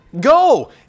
Go